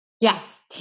yes